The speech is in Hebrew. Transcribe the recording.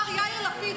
מר יאיר לפיד,